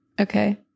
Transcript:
Okay